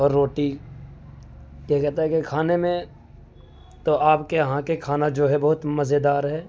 اور روٹی کہتا ہے کہ کھانے میں تو آپ کے یہاں کے کھانا جو ہے بہت مزیدار ہے